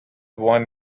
one